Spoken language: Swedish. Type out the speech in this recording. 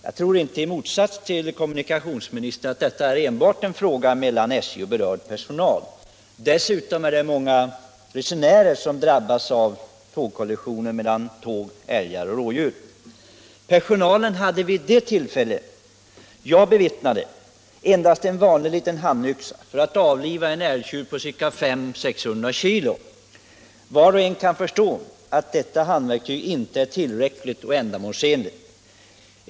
Jag tror inte, i motsats till kommunikationsministern, att detta är enbart en fråga mellan SJ och berörd personal. Dessutom är det många resenärer som drabbas av kollisioner mellan tåg och älgar och rådjur. Personalen hade vid det kollisionstillfälle jag bevittnade endast en vanlig liten handyxa för att avliva en älgtjur på 500-600 kg. Var och en kan förstå att detta handverktyg inte är tillräckligt och ändamålsenligt.